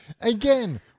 Again